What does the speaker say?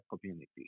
community